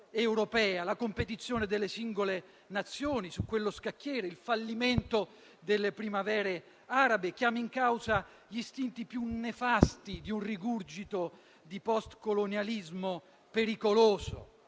La competizione delle singole Nazioni su quello scacchiere, il fallimento delle primavere arabe chiama in causa gli istinti più nefasti di un rigurgito di postcolonialismo pericoloso,